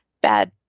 bad